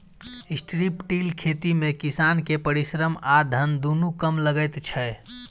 strip till खेती मे किसान के परिश्रम आ धन दुनू कम लगैत छै